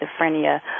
schizophrenia